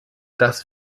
das